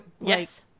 yes